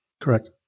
correct